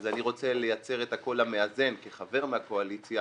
אני רוצה לייצר את הקול המאזן כחבר מהקואליציה